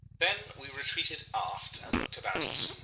then we retreated aft and looked about us.